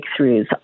breakthroughs